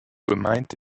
gemeint